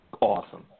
Awesome